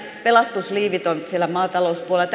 pelastusliivit siellä maatalouspuolella